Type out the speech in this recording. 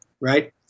right